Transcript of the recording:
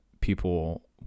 People